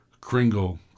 Kringle